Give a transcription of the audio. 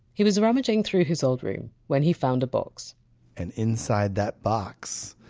he was rummaging through his old room when he found a box and inside that box,